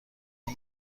این